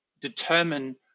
determine